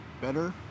better